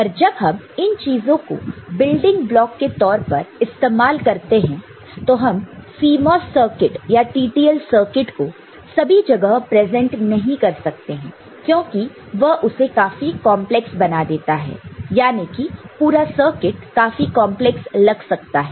पर जब हम इन चीजों को बिल्डिंग ब्लॉक के तौर पर इस्तेमाल करते हैं तो हम CMOS सर्किट या TTL सर्किट को सभी जगह प्रेजेंट नहीं करते हैं क्योंकि वह उसे काफी कॉन्प्लेक्स बना देता है याने कि पूरा सर्किट काफी कॉन्प्लेक्स लग सकता है